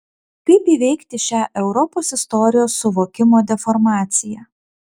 kaip įveikti šią europos istorijos suvokimo deformaciją